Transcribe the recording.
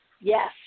Yes